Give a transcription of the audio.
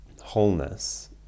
wholeness